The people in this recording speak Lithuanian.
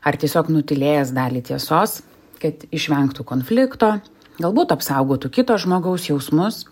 ar tiesiog nutylėjęs dalį tiesos kad išvengtų konflikto galbūt apsaugotų kito žmogaus jausmus